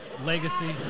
legacy